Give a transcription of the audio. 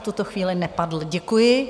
V tuto chvíli nepadl, děkuji.